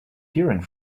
hearing